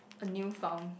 a new found